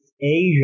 Asia